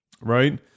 right